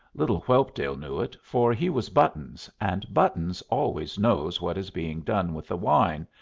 little whelpdale knew it, for he was buttons, and buttons always knows what is being done with the wine,